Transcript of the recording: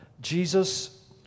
Jesus